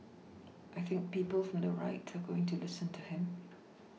I think people from the right are going to listen to him